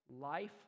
life